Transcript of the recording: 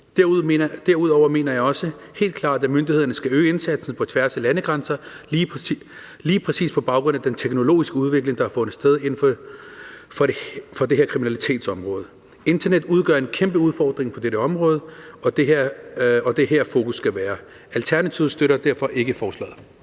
Derudover mener jeg helt klart også, at myndighederne skal øge indsatsen på tværs af landegrænser lige præcis på baggrund af den teknologiske udvikling, der har fundet sted inden for det her kriminalitetsområde. Internettet udgør en kæmpe udfordring på dette område, og det er her, fokus skal være. Alternativet støtter derfor ikke forslaget.